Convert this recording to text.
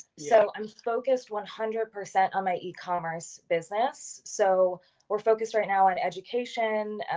so i'm focused one hundred percent on my ecommerce business. so we're focused right now on education,